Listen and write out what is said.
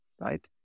right